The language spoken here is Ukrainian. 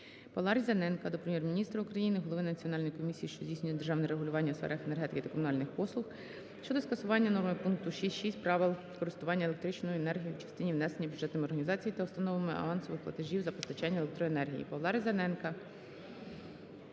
Павла Різаненка до Прем'єр-міністра України, голови Національної комісії, що здійснює державне регулювання у сферах енергетики та комунальних послуг щодо скасування норми пункту 6.6 Правил користування електричною енергією в частині внесення бюджетними організаціями та установами авансових платежів за постачання електроенергії.